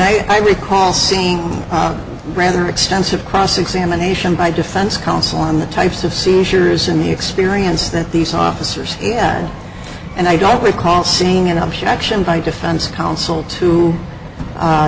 and i recall seeing a rather extensive cross examination by defense counsel on the types of seizures and the experience that these officers and i don't recall seeing an objection by defense counsel to